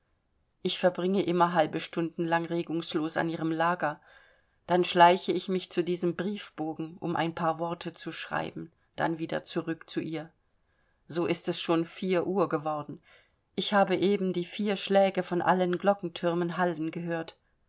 ich verbringe immer halbe stunden lang regungslos an ihrem lager dann schleiche ich mich zu diesem briefbogen um ein paar worte zu schreiben dann wieder zurück zu ihr so ist es schon vier uhr geworden ich habe eben die vier schläge von allen glockentürmen hallen gehört